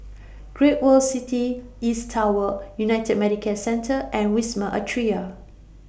Great World City East Tower United Medicare Centre and Wisma Atria